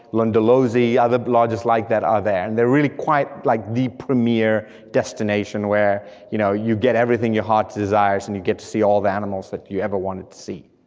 linda losi, other lodges like that are there, and they're really quite like, the premier destination where you know you get everything your heart desires, and you get to see all the animals that you've ever wanted to see.